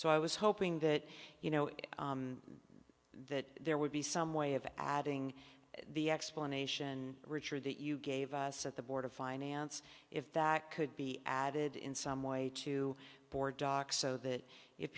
so i was hoping that you know that there would be some way of adding the explanation richard that you gave us at the board of finance if that could be added in some way to board dock so that if